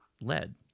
lead